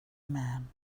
men